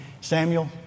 Samuel